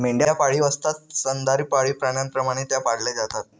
मेंढ्या पाळीव असतात स्तनधारी पाळीव प्राण्यांप्रमाणे त्या पाळल्या जातात